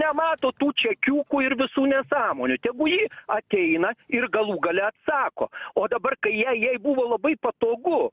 nemato tų čekiukų ir visų nesąmonių tegu ji ateina ir galų gale atsako o dabar kai jai jai buvo labai patogu